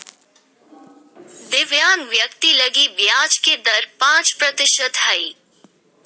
दिव्यांग व्यक्ति लगी ब्याज के दर पांच प्रतिशत हइ